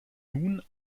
nun